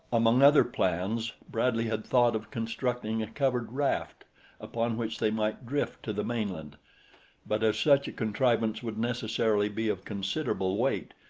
among other plans bradley had thought of constructing a covered raft upon which they might drift to the mainland but as such a contrivance would necessarily be of considerable weight,